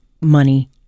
money